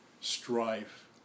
strife